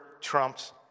trumps